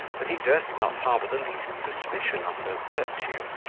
that he durst not harbour the least suspicion of her virtue.